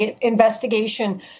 investigation